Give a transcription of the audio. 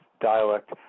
dialect